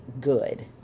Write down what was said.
good